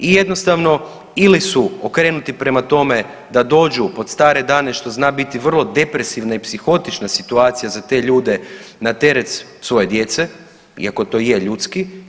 I jednostavno ili su okrenuti prema tome da dođu pod stare dane što zna biti vrlo depresivna i psihotična situacija za te ljude na teret svoje djece, iako to je ljudski.